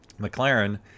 McLaren